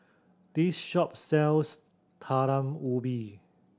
this shop sells Talam Ubi